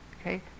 okay